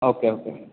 okay okay